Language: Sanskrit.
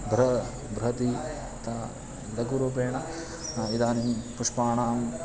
ब्र बृहति तु लघुरूपेण इदानीं पुष्पाणाम्